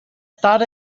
thought